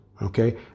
Okay